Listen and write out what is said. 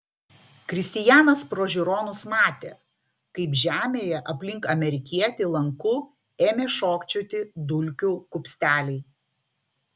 kristijanas pro žiūronus matė kaip žemėje aplink amerikietį lanku ėmė šokčioti dulkių kupsteliai